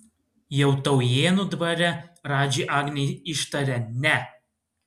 jau taujėnų dvare radži agnei ištarė ne